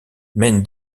mène